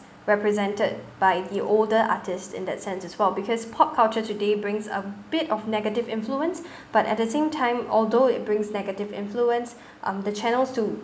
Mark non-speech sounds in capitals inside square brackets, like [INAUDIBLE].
represented by the older artists in that sense as well because pop culture today brings a bit of negative influence [BREATH] but at the same time although it brings negative influence [BREATH] um the channels to